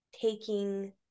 taking